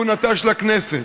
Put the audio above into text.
מכהונתה של הכנסת.